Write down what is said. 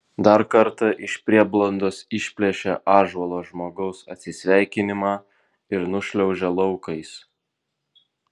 dar kartą iš prieblandos išplėšia ąžuolo žmogaus atsisveikinimą ir nušliaužia laukais